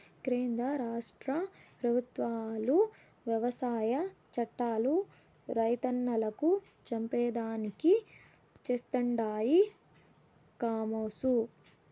కేంద్ర రాష్ట్ర పెబుత్వాలు వ్యవసాయ చట్టాలు రైతన్నలను చంపేదానికి చేస్తండాయి కామోసు